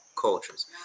cultures